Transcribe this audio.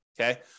Okay